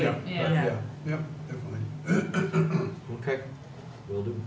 yeah yeah yeah ok we'll do